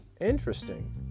interesting